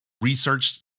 research